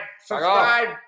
Subscribe